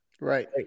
right